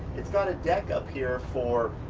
it's got a deck up here for